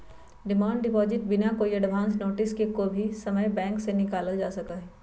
demand deposit बिना कोई advance notice के कोई भी समय बैंक से निकाल्ल जा सका हई